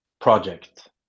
project